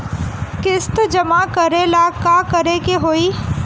किस्त जमा करे ला का करे के होई?